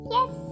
Yes